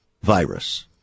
virus